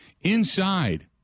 inside